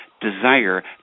desire